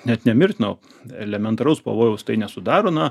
net nemirtino elementaraus pavojaus tai nesudaro na